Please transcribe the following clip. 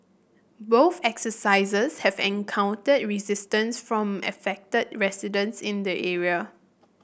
both exercises have encountered resistance from affected residents in the area